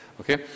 Okay